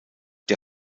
der